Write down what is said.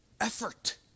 effort